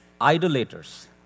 idolaters